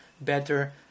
better